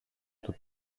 του